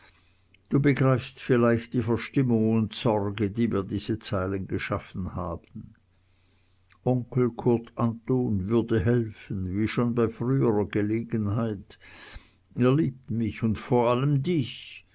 du begreifst vielleicht die verstimmung und sorge die mir diese zeilen geschaffen haben onkel kurt anton würde helfen wie schon bei frührer gelegenheit er liebt mich und vor allem dich